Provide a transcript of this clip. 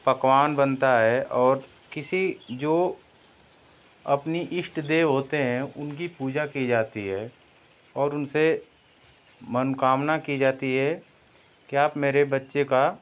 पकवान बनता है और किसी जो अपनी इष्ट देव होते हैं उनकी पूजा की जाती है और उनसे मनोकामना कि जाती है कि आप मेरे बच्चे का